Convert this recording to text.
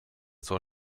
zur